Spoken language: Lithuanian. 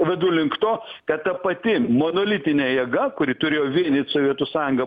vedu link to kad ta pati monolitinė jėga kuri turėjo vienyt sovietų sąjungą